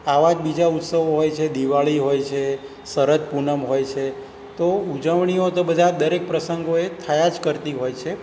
આવા જ બીજા ઉત્સવો હોય છે દિવાળી હોય છે શરદ પૂનમ હોય છે તો ઉજવણીઓ તો બધા દરેક પ્રસંગોએ થયા જ કરતી હોય છે